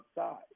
outside